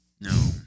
No